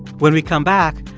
when we come back,